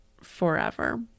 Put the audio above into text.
forever